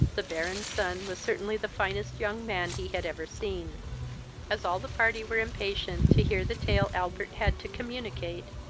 the baron's son was certainly the finest young man he had ever seen as all the party were impatient to hear the tale albert had to communicate,